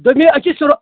دوٚپمَے أسۍ چھِ